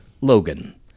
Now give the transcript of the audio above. Logan